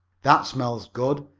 that smells good!